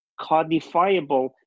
codifiable